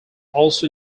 also